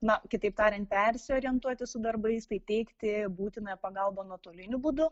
na kitaip tariant persiorientuoti su darbais tai teikti būtiną pagalbą nuotoliniu būdu